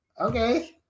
okay